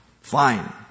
Fine